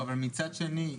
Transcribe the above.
אבל מצד שני,